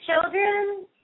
children